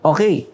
Okay